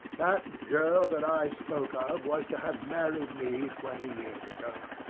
that girl that i spoke of was to have married me twenty years ago.